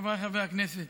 חבריי חברי הכנסת,